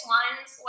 ones